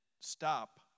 stop